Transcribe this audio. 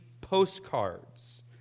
postcards